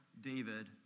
David